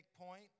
point